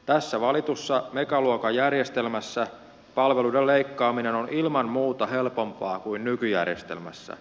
tässä valitussa megaluokan järjestelmässä palveluiden leikkaaminen on ilman muuta helpompaa kuin nykyjärjestelmässä